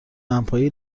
دمپایی